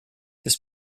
this